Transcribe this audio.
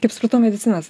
kaip supratau medicinos